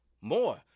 more